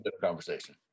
Conversation